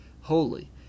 holy